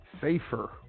safer